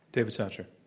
david satcher.